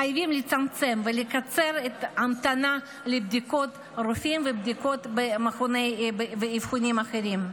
חייבים לצמצם ולקצר את ההמתנה לבדיקות רופאים ולאבחונים אחרים.